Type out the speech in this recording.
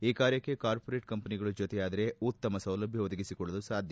ಈ ಕಾರ್ಯಕ್ಕೆ ಕಾರ್ಪೋರೇಟ್ ಕಂಪನಿಗಳು ಜೊತೆಯಾದರೆ ಉತ್ತಮ ಸೌಲಭ್ಯ ಒದಗಿಸಿಕೊಡಲು ಸಾಧ್ಯ